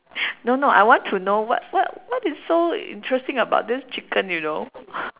no no I want to know what what what is so interesting about this chicken you know